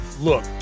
look